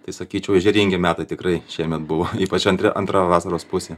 tai sakyčiau ežeringi metai tikrai šiemet buvo ypač antri antra vasaros pusė